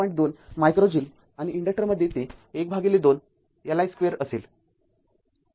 २ micro joule आणि इन्डक्टरमध्ये ते १२ L i २ असेल